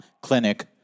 clinic